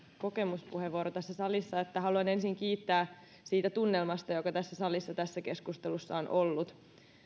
kokemuspuheenvuoron että haluan ensin kiittää siitä tunnelmasta joka tässä salissa tässä keskustelussa on ollut